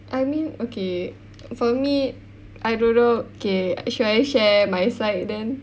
I mean okay for me I don't know okay should I share my side then